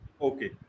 Okay